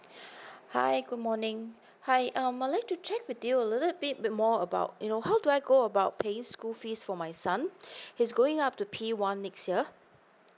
hi good morning hi um I'd like to check with you a little bit more about you know how do I go about paying school fees for my son he is going up to p one next year